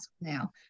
now